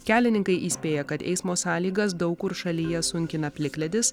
kelininkai įspėja kad eismo sąlygas daug kur šalyje sunkina plikledis